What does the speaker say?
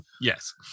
Yes